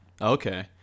Okay